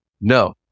No